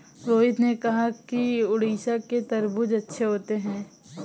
रोहित ने कहा कि उड़ीसा के तरबूज़ अच्छे होते हैं